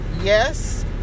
yes